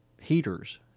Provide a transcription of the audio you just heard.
heaters